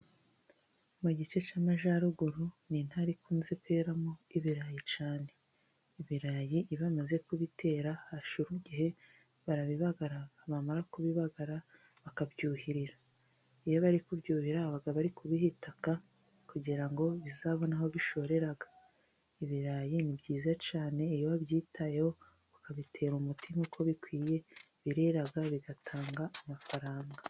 Mu gice cy'amajyaruguru ni intara ikunze kweramo ibirayi cyane. Ibirayi iyo bamaze kubitera hashira igihe barabibagara, bamara kubibagara bakabyuhirira. Iyo bari kubyuhirira baba bari kubiha itaka kugira ngo bizabone aho bishorera. Ibirayi ni byiza cyane. Iyo wabyitayeho ukabitera umuti uko bikwiye birera bigatanga amafaranga.